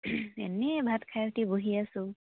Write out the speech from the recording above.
এনে ভাত খাই উঠি বহি আছোঁ